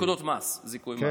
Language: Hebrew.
נקודות מס, זיכוי מס.